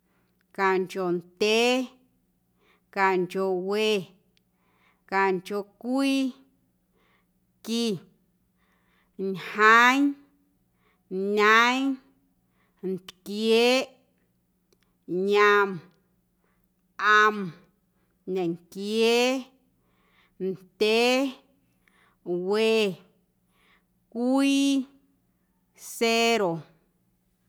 Canchondyee, canchowe, canchocwii, qui, ñjeeⁿ, ñeeⁿ, ntquieeꞌ, yom, ꞌom, ñenquiee, ndyee, we, cwii, cero.